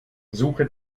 suche